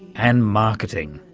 and marketing.